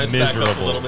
miserable